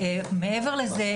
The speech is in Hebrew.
מעבר לזה,